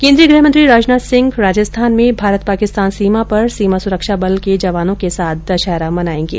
केन्द्रीय गृह मंत्री राजनाथ सिंह राजस्थान में भारत पाकिस्तान सीमा पर सीमा सुरक्षा बल के जवानों के साथ दशहरा मनाएंगे